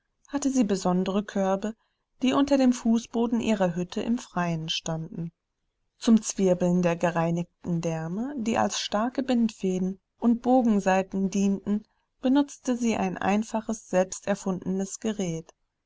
hatte sie besondere körbe die unter dem fußboden ihrer hütte im freien standen zum zwirbeln der gereinigten därme die als starke bindfäden und bogensaiten dienten benutzte sie ein einfaches selbsterfundenes gerät